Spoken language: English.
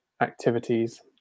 activities